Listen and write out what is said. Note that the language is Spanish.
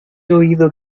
oído